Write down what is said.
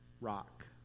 rock